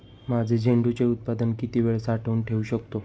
माझे झेंडूचे उत्पादन किती वेळ साठवून ठेवू शकतो?